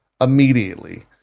Immediately